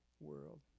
world